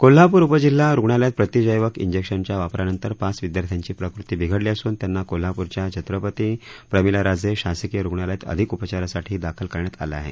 कोल्हापूर उपजिल्हा रुग्णालयात प्रतिजैवक इंजेक्शनच्या वापरानंतर पाच विद्यार्थ्यांची प्रकृती बिघडली असून त्यांना कोल्हापूरच्या छत्रपती प्रमिलाराजे शासकीय रुग्णालयात अधिक उपचारासाठी दाखल करण्यात केलं आहे